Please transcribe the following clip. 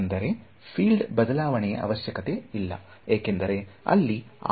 ಅಂದರೆ ಫೀಲ್ಡ್ ಬದಲಾವಣೆಯ ಅವಶ್ಯಕತೆ ಇಲ್ಲ ಏಕೆಂದರೆ ಅಲ್ಲಿ ಆ ವಸ್ತುವಿನ ಗಾತ್ರ ದೊಡ್ಡದಿರುತ್ತದೆ